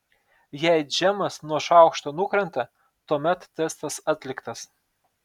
jei džemas nuo šaukšto nukrenta tuomet testas atliktas